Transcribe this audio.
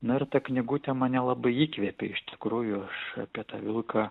nu ir ta knygutė mane labai įkvėpė iš tikrųjų aš apie tą vilką